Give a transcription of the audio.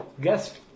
guest